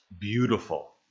Beautiful